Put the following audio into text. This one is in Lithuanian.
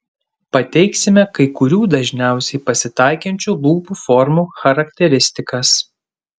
pateiksime kai kurių dažniausiai pasitaikančių lūpų formų charakteristikas